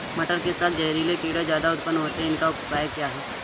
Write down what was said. मटर के साथ जहरीले कीड़े ज्यादा उत्पन्न होते हैं इनका उपाय क्या है?